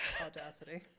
Audacity